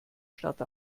stadt